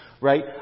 right